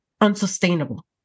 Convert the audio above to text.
unsustainable